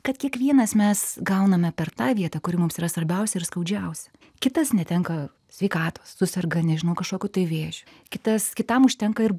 kad kiekvienas mes gauname per tą vietą kuri mums yra svarbiausia ir skaudžiausia kitas netenka sveikatos suserga nežinau kažkokiu tai vėžiu kitas kitam užtenka ir